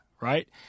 right